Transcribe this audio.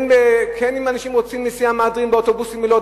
אם אנשים רוצים נסיעה למהדרין באוטובוסים או לא,